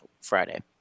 Friday